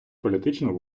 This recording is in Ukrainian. політичну